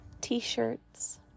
t-shirts